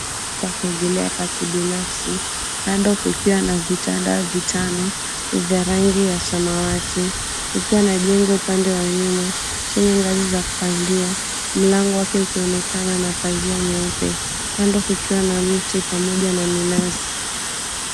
Pa kuogelea pa kibinafsi kando kukiwa na vitanda vitano vya rangi ya samawati. Ukiwa na jengo upande wa nyuma chenye ngazi za kupandia. Mlango wake ukionekana na pazia nyeupe. Kando kukiwa na mti pamoja na minazi.